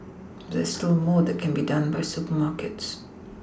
there is still more that can be done by supermarkets